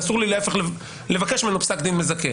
ואסור לי לבקש ממנו פסק דין מזכה,